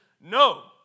no